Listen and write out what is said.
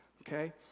Okay